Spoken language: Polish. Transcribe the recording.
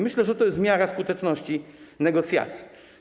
Myślę, że to jest miara skuteczności negocjacji.